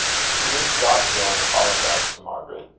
she knew she ought to go and apologize to margaret.